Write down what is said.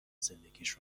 زندگیش